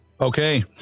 Okay